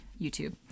youtube